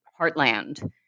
heartland